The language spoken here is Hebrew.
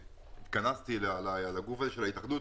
התכנסתי לגוף הזה של התאחדות